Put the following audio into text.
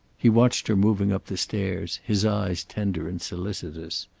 he watched her moving up the stairs, his eyes tender and solicitous.